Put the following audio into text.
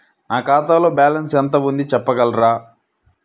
నా ఖాతాలో బ్యాలన్స్ ఎంత ఉంది చెప్పగలరా?